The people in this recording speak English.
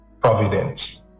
providence